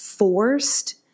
forced